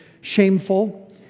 shameful